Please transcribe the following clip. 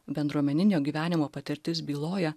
bendruomeninio gyvenimo patirtis byloja